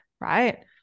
right